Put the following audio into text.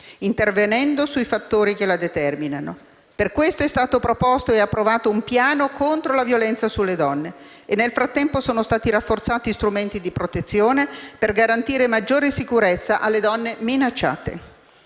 intervenendo sui fattori che la determinano, per questo è stato proposto e approvato un piano contro la violenza sulle donne e nel frattempo sono stati rafforzati strumenti di protezione, per garantire maggiore sicurezza alle donne minacciate.